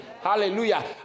Hallelujah